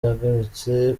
yagarutse